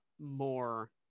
more